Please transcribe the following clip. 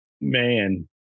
Man